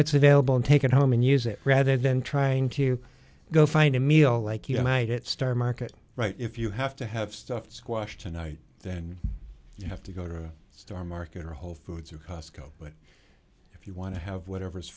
what's available and take it home and use it rather than trying to go find a meal like united star market right if you have to have stuffed squash tonight then you have to go to a store market or whole foods or costco but if you want to have whatever's